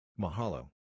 Mahalo